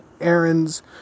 errands